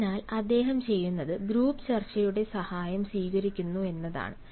അതിനാൽ അദ്ദേഹം ചെയ്യുന്നത് ഗ്രൂപ്പ് ചർച്ചയുടെ സഹായം സ്വീകരിക്കുന്നു എന്നതാണ്